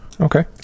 Okay